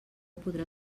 podrà